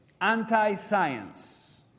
Anti-science